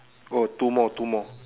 oh two more two more